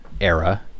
era